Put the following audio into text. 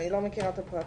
אני לא מכירה את הפרטים.